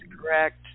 correct